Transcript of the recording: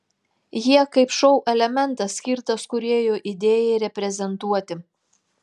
jie kaip šou elementas skirtas kūrėjo idėjai reprezentuoti